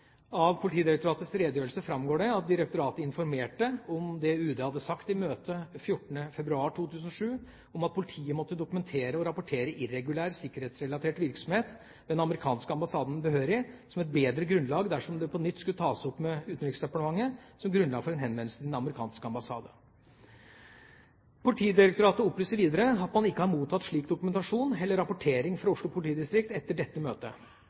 Av Politidirektoratets redegjørelse framgår det at direktoratet informerte om det UD hadde sagt i møtet 14. februar 2007, at politiet måtte dokumentere og rapportere irregulær sikkerhetsrelatert virksomhet ved den amerikanske ambassaden behørig, som et bedre grunnlag dersom dette på nytt skulle tas opp med Utenriksdepartementet som grunnlag for en henvendelse til den amerikanske ambassaden. Politidirektoratet opplyser videre at man ikke har mottatt slik dokumentasjon eller rapportering fra Oslo politidistrikt etter dette møtet.